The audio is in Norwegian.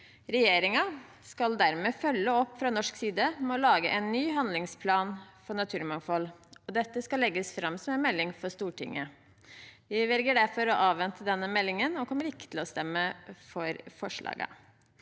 Regjeringen skal dermed følge opp fra norsk side med å lage en ny handlingsplan for naturmangfold, og dette skal legges fram som en melding for Stortinget. Vi velger derfor å avvente denne meldingen og kommer ikke til å stemme for forslaget.